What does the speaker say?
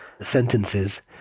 Sentences